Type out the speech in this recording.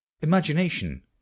Imagination